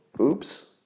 oops